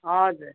हजुर